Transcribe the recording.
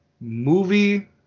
movie –